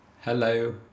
Hello